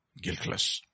guiltless